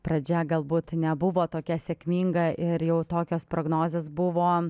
pradžia galbūt nebuvo tokia sėkminga ir jau tokios prognozės buvo